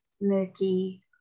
murky